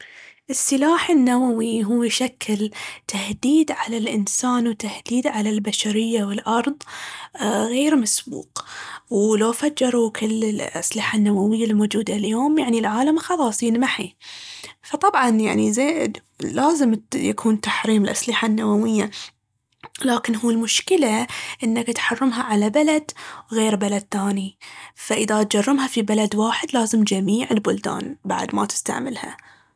السلاح النووي هو يشكل تهديد على الإنسان و تهديد على البشرية والأرض غير مسبوق. ولو فجروا كل الأسلحة النووية الموجودة اليوم يعني العالم خلاص ينمحي. فطبعاً يعني زين، لازم ت- يكون تحريم الأسلحة النووية، لكن هو المشكلة انه بتحرمها على بلد غير بلد ثاني. فإذا تجرمها في بلد واحد لازم جميع البلدان بعد ما تستعملها.